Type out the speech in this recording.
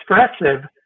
expressive